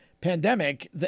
Pandemic